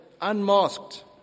unmasked